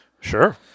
Sure